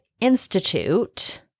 Institute